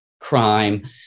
crime